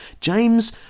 James